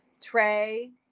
Trey